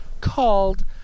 called